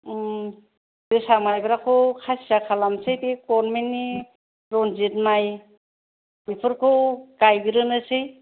उम जोसा माइब्राखौ खासिया खालामसै बे गरमेननि रनजिद माइ बेफोरखौ गायग्रोनोसै